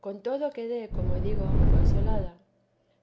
con todo quedé como digo muy consolada